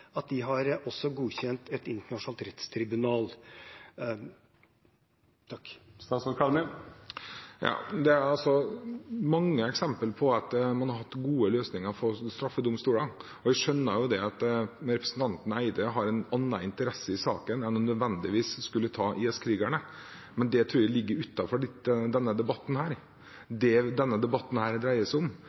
har de også godkjent et internasjonalt rettstribunal? Det er mange eksempler på at man har hatt gode løsninger for straffedomstoler. Jeg skjønner at representanten Eide har en annen interesse i saken enn nødvendigvis å skulle ta IS-krigerne, men det tror jeg ligger utenfor denne debatten. Det denne debatten dreier seg om,